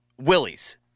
Willies